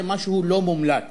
זה משהו לא מומלץ,